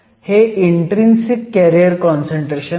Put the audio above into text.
हे intrinsic carrier concentration आहे